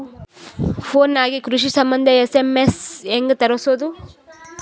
Phone ನಾಗೆ ಕೃಷಿ ಸಂಬಂಧ ಎಸ್.ಎಮ್.ಎಸ್ ಹೆಂಗ ತರಸೊದ?